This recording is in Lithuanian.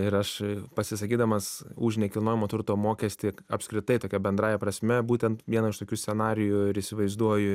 ir aš pasisakydamas už nekilnojamo turto mokestį apskritai tokia bendrąja prasme būtent vieną iš tokių scenarijų ir įsivaizduoju